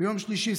ביום שלישי,